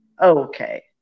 okay